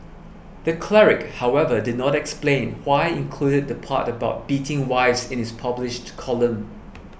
the Cleric however did not explain why included the part about beating wives in his published column